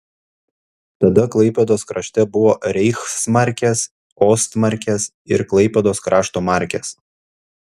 tada klaipėdos krašte buvo reichsmarkės ostmarkės ir klaipėdos krašto markės